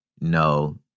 No